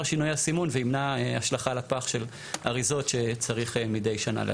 שינויי הסימון וימנע השלכה לפח של אריזות שצריך מידי שנה.